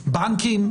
בנקים,